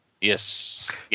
Yes